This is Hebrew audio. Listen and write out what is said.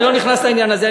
אני לא נכנס לעניין הזה,